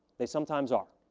they sometimes are.